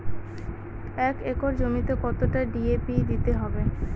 এক একর জমিতে কতটা ডি.এ.পি দিতে হবে?